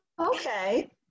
okay